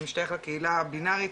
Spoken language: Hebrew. אני משתייך לקהילה הבינארית,